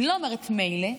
אני לא אומרת מילא,